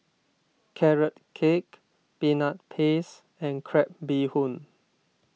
Carrot Cake Peanut Paste and Crab Bee Hoon